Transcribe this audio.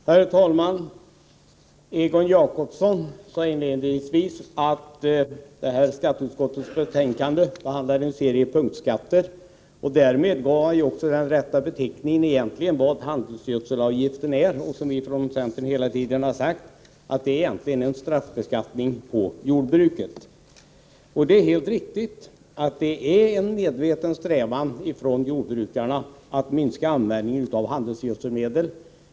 Herr talman! Egon Jacobsson sade inledningsvis att detta skatteutskottets betänkande behandlar en serie punktskatter. Därmed gav han den rätta beteckningen på handelsgödselavgiften. Det betyder, som vi i centern hela tiden har sagt, att denna avgift egentligen är en straffbeskattning på jordbruket. Det är helt riktigt att det är en medveten strävan från jordbrukarna att minska användningen av handelsgödselmedel.